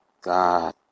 God